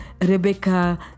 Rebecca